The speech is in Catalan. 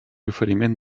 oferiment